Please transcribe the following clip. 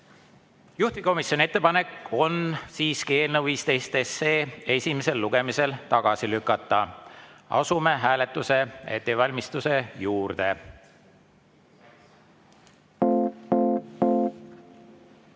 Juhtivkomisjoni ettepanek on siiski eelnõu 15 esimesel lugemisel tagasi lükata. Asume hääletuse ettevalmistuse juurde.